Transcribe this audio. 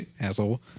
Asshole